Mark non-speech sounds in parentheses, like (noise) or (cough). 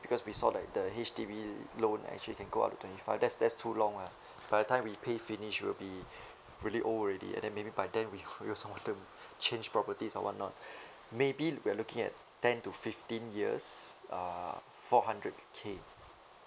because we saw like the H_D_B loan actually can go up to twenty five that's that's too long lah by the time we pay finish will be really old already and then maybe by then we we also want to change properties or whatnot (breath) maybe we are looking at ten to fifteen years uh four hundred K